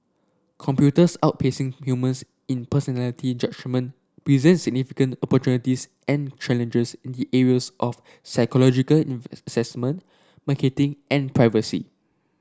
computers outpacing humans in personality judgement presents significant opportunities and challenges in of psychological assessment marketing and privacy